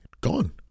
gone